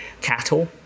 cattle